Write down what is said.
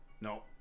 No